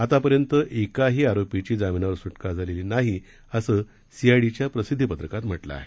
आतापर्यंत एकाही आरोपीची जामिनावर सुटका झालेली नाही असं सीआयडीच्या प्रसिद्धिपत्रकात म्हटलं आहे